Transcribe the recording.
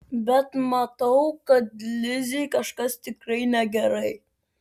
bet matau kad lizei kažkas tikrai negerai